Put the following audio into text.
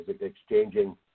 exchanging